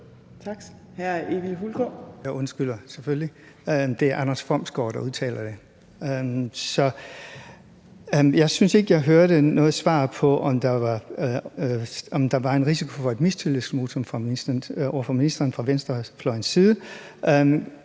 Jeg undskylder selvfølgelig. Det er Anders Fomsgaard, der udtaler det. Jeg synes ikke, jeg hørte noget svar på, om der var en risiko for et mistillidsvotum til ministeren fra venstrefløjens side.